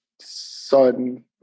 son